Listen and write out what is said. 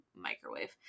microwave